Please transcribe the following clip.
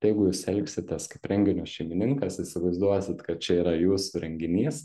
tai jeigu jūs elgsitės kaip renginio šeimininkas įsivaizduosit kad čia yra jūsų renginys